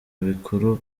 bikuru